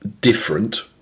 different